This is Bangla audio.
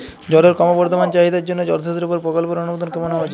জলের ক্রমবর্ধমান চাহিদার জন্য জলসেচের উপর প্রকল্পের অনুমোদন কেমন হওয়া উচিৎ?